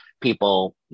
people